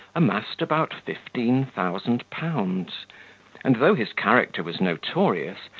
amassed about fifteen thousand pounds and though his character was notorious,